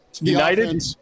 United